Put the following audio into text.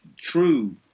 true